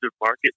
market